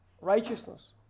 righteousness